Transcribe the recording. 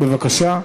בבקשה.